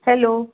hello